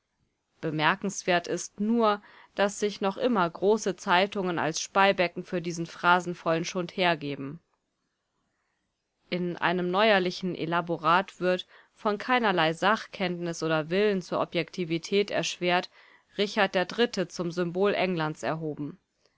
bemerkenswert ist nur daß sich noch immer große zeitungen als speibecken für diesen phrasenvollen schlund hergeben in einem neuerlichen elaborat wird von keinerlei sachkenntnis oder willen zur objektivität erschwert richard der dritte zum symbol englands erhoben